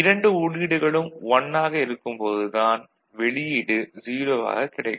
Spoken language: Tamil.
இரண்டு உள்ளீடுகளும் 1 ஆக இருக்கும் போது தான் வெளியீடு 0 ஆகக் கிடைக்கும்